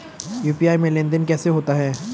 UPI में लेनदेन कैसे होता है?